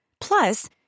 Plus